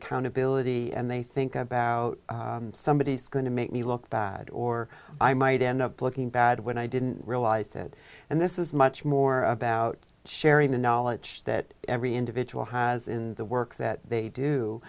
accountability and they think about somebody is going to make me look bad or i might end up looking bad when i didn't realize it and this is much more about sharing the knowledge that every individual has in the work that they do